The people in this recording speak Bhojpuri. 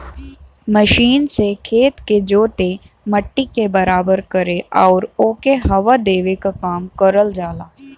मशीन से खेत के जोते, मट्टी के बराबर करे आउर ओके हवा देवे क काम करल जाला